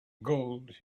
gold